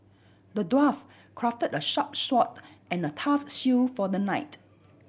the dwarf crafted a sharp sword and a tough shield for the knight